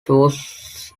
was